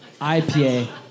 IPA